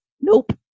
nope